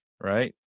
right